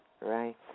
Right